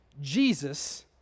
Jesus